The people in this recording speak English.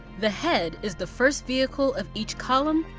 the head is the first vehicle of each column,